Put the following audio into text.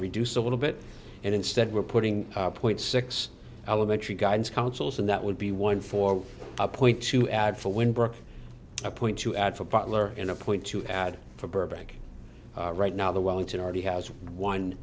reduced a little bit and instead we're putting point six elementary guidance councils and that would be one for a point to add for when brooke a point to add for butler in a point to add for burbank right now the wellington already has one